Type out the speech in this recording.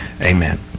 Amen